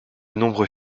nombreux